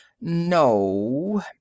No